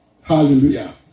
Hallelujah